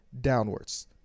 downwards